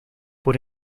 por